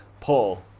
Paul